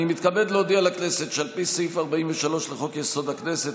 אני מתכבד להודיע לכנסת שעל פי סעיף 43 לחוק-יסוד: הכנסת,